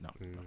no